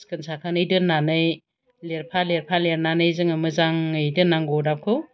सिखोन साखोनै दोननानै लेरफा लेरफा लेरनानै जोङो मोजाङै दोननांगौ अरदाबखौ